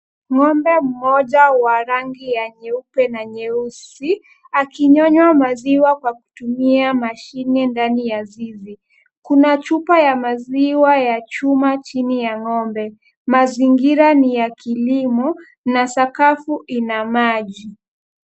Ng'ombe mmoja wa rangi ya nyeupe na nyeusi, akinyonywa maziwa kwa kutumia mashine ndani ya zizi. Kuna chupa ya maziwa ya chuma chini ya ng'ombe, mazingira ni ya kilimo, na sakafu ina maji.